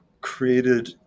created